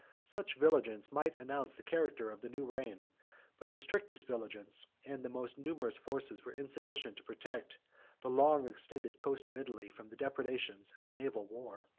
such vigilance might announce the character of the new reign but the strictest vigilance, and the most numerous forces, were insufficient to protect the long-extended coast of italy from the depredations of a naval war.